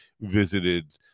visited